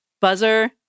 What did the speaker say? Buzzer